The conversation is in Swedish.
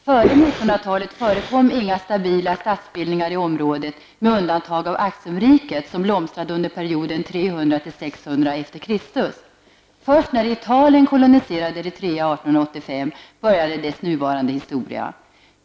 Före 1900-talet förekom inga stabila statsbildningar i området med undantag av 1885 började landets nuvarande historia.